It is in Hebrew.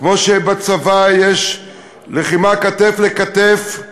כמו שבצבא יש לחימה כתף אל כתף,